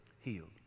healed